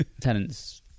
Tenant's